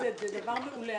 זה דבר מעולה.